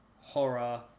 horror